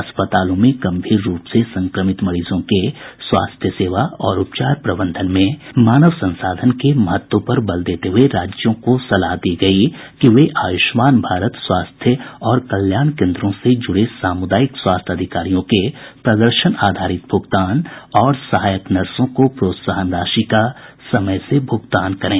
अस्पतालों में गंभीर रूप से संक्रमित मरीजों के स्वास्थ्य सेवा और उपचार प्रबंधन में मानव संसाधन के महत्व पर बल देते हुए राज्यों को सलाह दी गई कि वे आयुष्मान भारत स्वास्थ्य और कल्याण केंद्रों से जुड़े सामुदायिक स्वास्थ्य अधिकारियों के प्रदर्शन आधारित भुगतान और सहायक नर्सों को प्रोत्साहन राशि का समय से भुगतान सुनिश्चित करें